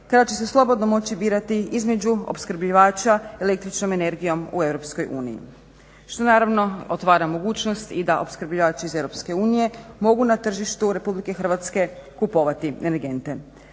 kada će se slobodno moći birati između opskrbljivača električnom energijom u EU. Što naravno otvara mogućnost i da opskrbljivači iz EU mogu na tržištu RH kupovati energente.